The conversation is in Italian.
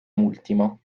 ultimo